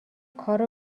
کارو